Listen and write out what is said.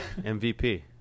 MVP